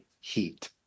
*Heat*